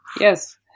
Yes